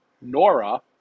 Nora